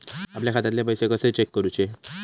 आपल्या खात्यातले पैसे कशे चेक करुचे?